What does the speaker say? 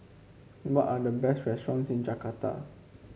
are the best restaurants in Jakarta